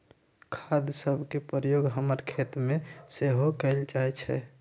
खाद सभके प्रयोग हमर खेतमें सेहो कएल जाइ छइ